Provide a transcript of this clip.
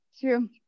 true